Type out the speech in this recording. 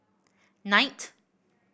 knight